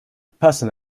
person